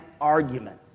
argument